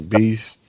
Beast